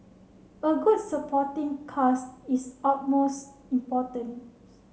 a good supporting cast is utmost importance